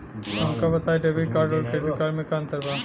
हमका बताई debit card और क्रेडिट कार्ड में का अंतर बा?